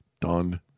done